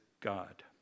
God